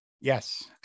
Yes